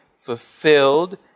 fulfilled